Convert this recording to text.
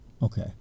Okay